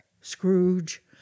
Scrooge